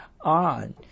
on